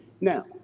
Now